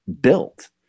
built